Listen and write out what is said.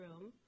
room